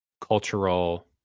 cultural